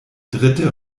dritte